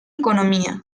economía